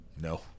No